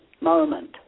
moment